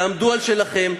תעמדו על שלכם,